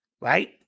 Right